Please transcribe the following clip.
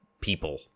people